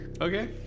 Okay